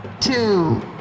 two